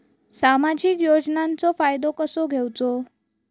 सामाजिक योजनांचो फायदो कसो घेवचो?